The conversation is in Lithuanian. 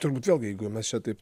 turbūt vėlgi jeigu mes čia taip